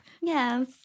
Yes